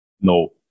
no